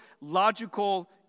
logical